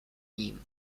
ním